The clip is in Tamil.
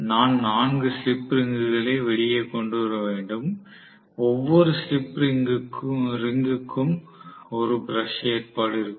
நான் 4 ஸ்லிப் ரிங்குகளை வெளியே கொண்டு வர வேண்டும் ஒவ்வொரு ஸ்லிப் ரிங்குக்கும் ஒரு பிரஷ் ஏற்பாடு இருக்கும்